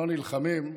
לא נלחמים,